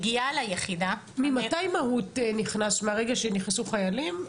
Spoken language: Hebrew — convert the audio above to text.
ממתי מהו"ת נכנס, מהרגע שנכנסו חיילים?